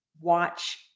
watch